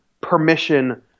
permission